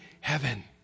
heaven